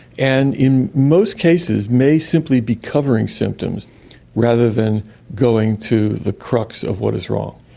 and in most cases may simply be covering symptoms rather than going to the crux of what is wrong.